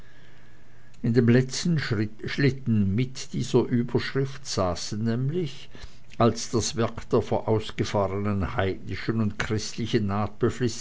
in dem letzten schlitten mit dieser überschrift saßen nämlich als das werk der vorausgefahrenen heidnischen und christlichen